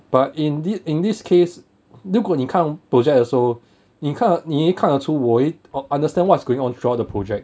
but indeed in this case 如果你看 project 的时候你看你一定看得出我 understand what's going on throughout the project